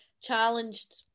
challenged